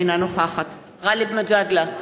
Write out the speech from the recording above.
אינה נוכחת גאלב מג'אדלה,